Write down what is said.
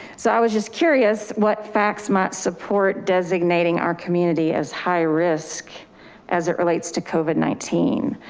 so i was just curious what facts might support designating our community as high risk as it relates to covid nineteen.